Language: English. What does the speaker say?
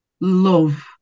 love